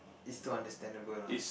is still understandable lah